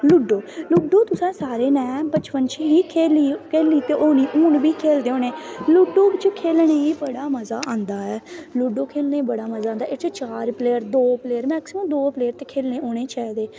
ludo तुसैं सारैं बचपन च खेली ते होनी हून बी खेलदे लूडो खेलने गी बड़ा मज़ा आंदा ऐ लूडो खेलने च बड़ा मज़ा आंदा ऐ एह्दे च चार प्लेयर दो मैकसिमम दो प्लेयर खेलने होने चाही दे